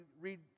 read